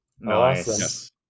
Nice